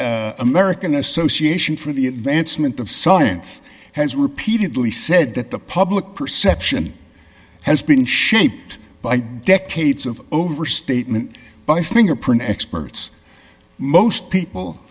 the american association for the advancement of science has repeatedly said that the public perception has been shaped by decades of overstatement by fingerprint experts most people